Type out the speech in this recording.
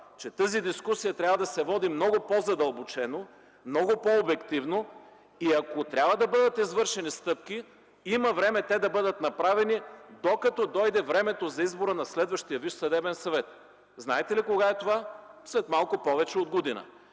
че тази дискусия трябва да се води много по-задълбочено, по-обективно и ако трябва да бъдат извършени стъпки, има време те да бъдат направени, докато дойде времето за избора на следващия Висш съдебен съвет. Знаете ли кога е това? След малко повече от година.